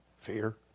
fear